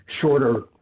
shorter